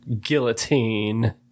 Guillotine